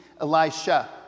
Elisha